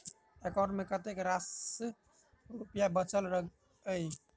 account मे कतेक रास रुपया बचल एई